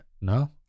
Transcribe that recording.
No